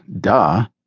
Duh